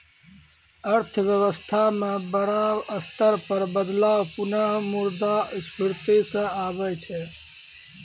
अर्थव्यवस्था म बड़ा स्तर पर बदलाव पुनः मुद्रा स्फीती स आबै छै